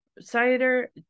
Cider